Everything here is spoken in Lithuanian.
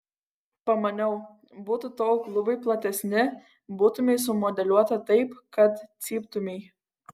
pamaniau būtų tavo klubai platesni būtumei sumodeliuota taip kad cyptumei